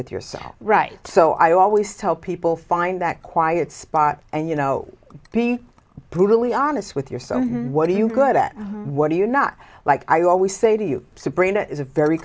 with yourself right so i always tell people find that quiet spot and you know be brutally honest with yourself what do you good at what do you not like i always say to you sabrina is a very